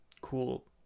cool